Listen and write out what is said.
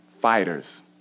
fighters